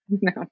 No